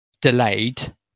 delayed